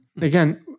again